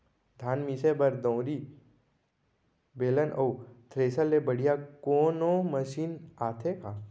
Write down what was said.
धान मिसे बर दंवरि, बेलन अऊ थ्रेसर ले बढ़िया कोनो मशीन आथे का?